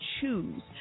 choose